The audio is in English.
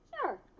Sure